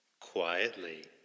Quietly